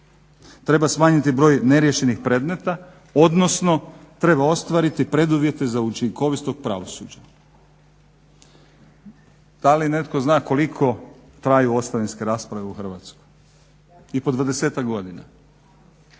treba smanjiti broj neriješenih predmeta, odnosno treba ostvariti preduvjete za učinkovito pravosuđe. Da li netko zna koliko traju ostavinske rasprave u Hrvatskoj? I po 20-tak godina,